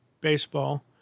baseball